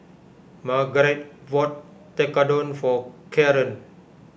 Margarite bought Tekkadon for Karren